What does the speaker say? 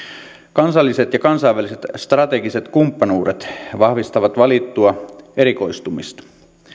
kansalliset ja kansainväliset strategiset kumppanuudet vahvistavat valittua erikoistumista